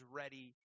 ready